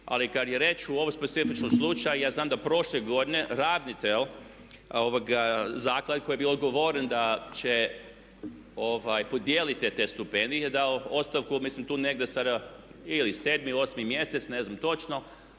ali kada je riječ o ovom specifičnom slučaju, ja znam da prošle godine …/Govornik se ne razumije./… zaklade koji je bio ugovoren da će podijeliti te stipendije dao ostavku, mislim tu negdje sada ili 7. ili 8. mjesec, ne znam točno